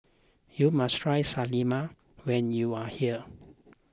you must try Salami when you are here